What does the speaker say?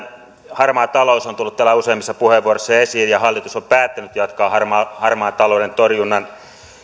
harmaa talous on tullut täällä useammissa puheenvuoroissa esiin ja hallitus on päättänyt jatkaa harmaan harmaan talouden torjunnan